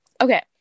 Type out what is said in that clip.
Okay